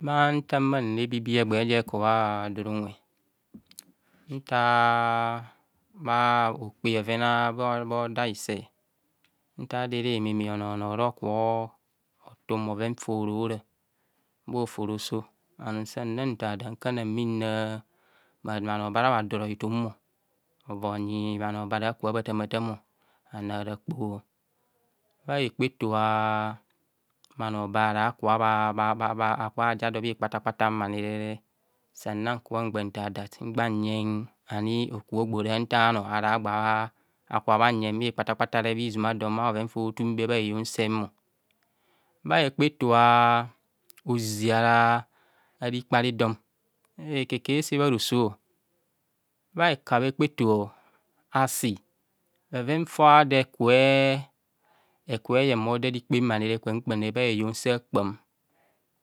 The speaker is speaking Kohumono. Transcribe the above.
Anum nta nra hebibi egbe ja ekubha don unwe, nta aa bhakpen oven bha aa ado hise, nta ado erememe onoo ho- ono okubha othun bhoven fa ora ora bhahofo roso, anum santha that nkana bhina bhano. Bara bha doro hithum bhanyi bhanoo bara bhathaam a thaam o bhanar rakpoho. Bha hekpa eto a a bhanoo bara bhukubho baja do bha ikpata kpata m rehe sana nkubho ngba nthar thot mada nyen ani hokobo ara nthar anoo agbara bhanyeng bha ikpata kpata bha izuma don bha bheven ba bhethum be bha heyon seem ọ mma hekpa eto ozizia a aa rekpe arido, m se ekakubho ese bharosọ bha hekabhe hekpa eto. Asi boven fa ado ekubo iyen kpam bha heyong sa- kpaam,